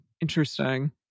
Interesting